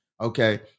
okay